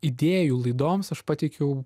idėjų laidoms aš pateikiau